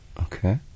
Okay